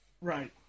Right